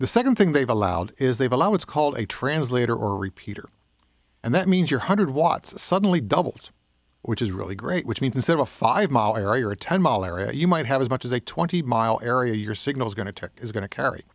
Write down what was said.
the second thing they've allowed is they've allowed it's called a translator or repeater and that means your hundred watts suddenly doubles which is really great which means that a five mile area or a ten mile area you might have as much as a twenty mile area your signal is going to tech is going to carry